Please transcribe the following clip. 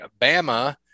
Bama